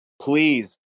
please